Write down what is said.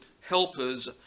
helpers